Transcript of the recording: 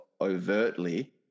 overtly